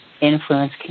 influence